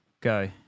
go